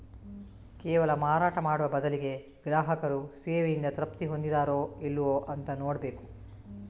ಕೇವಲ ಮಾರಾಟ ಮಾಡುವ ಬದಲಿಗೆ ಗ್ರಾಹಕರು ಸೇವೆಯಿಂದ ತೃಪ್ತಿ ಹೊಂದಿದಾರೋ ಇಲ್ವೋ ಅಂತ ನೋಡ್ಬೇಕು